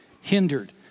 hindered